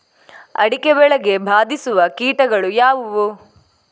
ಅಡಿಕೆ ಬೆಳೆಗೆ ಬಾಧಿಸುವ ಕೀಟಗಳು ಯಾವುವು?